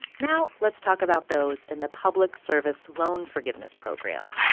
now let's talk about those in the public service loan forgiveness program.